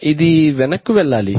ఇది వెనక్కు వెళ్ళాలి